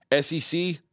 SEC